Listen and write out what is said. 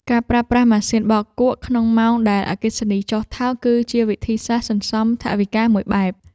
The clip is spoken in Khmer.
ការប្រើប្រាស់ម៉ាស៊ីនបោកគក់ក្នុងម៉ោងដែលអគ្គិសនីចុះថោក គឺជាវិធីសាស្ត្រសន្សំថវិកាមួយបែប។